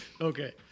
Okay